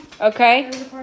Okay